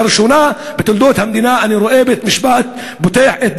לראשונה בתולדות המדינה אני רואה בית-משפט פותח את